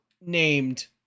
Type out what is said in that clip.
named